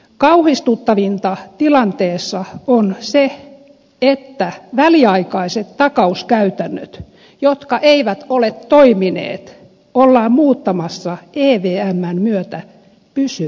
kauhistuttavinta tilanteessa on se että väliaikaiset takauskäytännöt jotka eivät ole toimineet ollaan muuttamassa evmn myötä pysyviksi